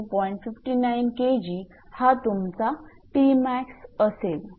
59 𝑘𝑔 हा तुमचा असेल